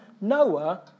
Noah